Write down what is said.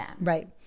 Right